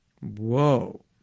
Whoa